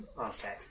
Okay